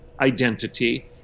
identity